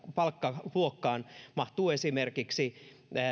palkkaluokkaan mahtuvat esimerkiksi